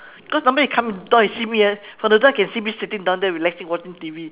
cause normally he come door he see me ah from the door he can see me sitting down there relaxing watching T_V